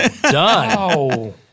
done